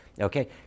Okay